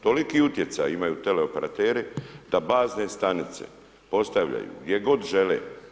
Toliki utjecaj imaju teleoperateri, da bazne stanice, postavljaju gdje god žele.